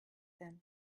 then